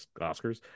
Oscars